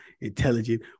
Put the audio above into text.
intelligent